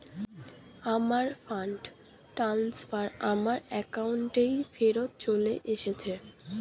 আমার fund transfer আমার অ্যাকাউন্টেই ফেরত চলে এসেছে